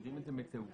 מכירים את זה מהתעופה.